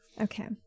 Okay